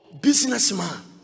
businessman